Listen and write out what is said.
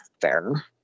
fair